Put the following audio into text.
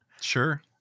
Sure